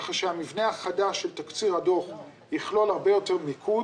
ככה שהמבנה החדש של תקציר הדוח יכלול הרבה יותר מיקוד.